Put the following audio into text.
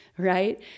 Right